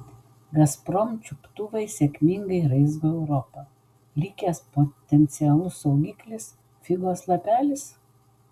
gazprom čiuptuvai sėkmingai raizgo europą likęs potencialus saugiklis figos lapelis